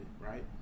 right